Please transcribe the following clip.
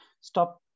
stop